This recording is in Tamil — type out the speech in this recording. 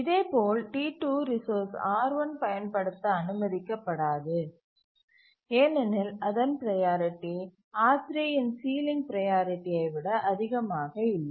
இதேபோல் T2 ரிசோர்ஸ் R1 பயன்படுத்த அனுமதிக்கப்படாது ஏனெனில் அதன் ப்ரையாரிட்டி R3இன் சீலிங் ப்ரையாரிட்டியை விட அதிகமாக இல்லை